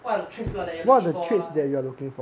what are the traits you're like you're like looking for lah